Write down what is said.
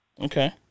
Okay